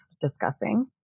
discussing